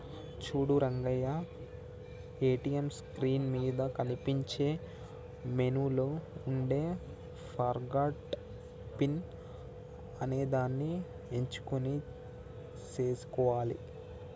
చూడు Rangaiah ATM screen మీద కనిపించే మెనూలో ఉండే ఫర్గాట్ పిన్ అనేదాన్ని ఎంచుకొని సేసుకోవాలి